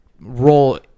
role